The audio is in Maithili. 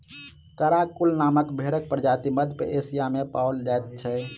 कराकूल नामक भेंड़क प्रजाति मध्य एशिया मे पाओल जाइत छै